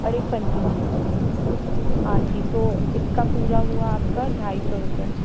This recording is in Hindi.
और एक पंचिंग मशीन हाँ जी तो इसका पूरा हुआ आपका ढाई सौ रुपये